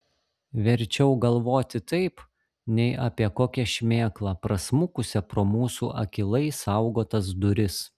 verčiau galvoti taip nei apie kokią šmėklą prasmukusią pro mūsų akylai saugotas duris